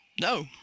No